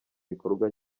bikorwa